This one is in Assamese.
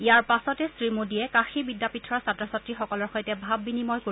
ইয়াৰ পাছতে শ্ৰীমোদীয়ে কাশী বিদ্যাপীঠৰ ছাত্ৰ ছাত্ৰীসকলৰ সৈতে ভাব বিনিময় কৰিব